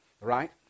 right